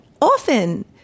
often